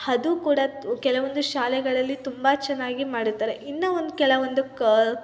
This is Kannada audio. ಅದೂ ಕೂಡ ಕೆಲವೊಂದು ಶಾಲೆಗಳಲ್ಲಿ ತುಂಬ ಚೆನ್ನಾಗಿ ಮಾಡುತ್ತಾರೆ ಇನ್ನು ಒಂದು ಕೆಲವೊಂದು ಕ